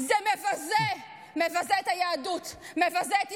זה מבזה, מבזה את היהדות, מבזה את ישראל,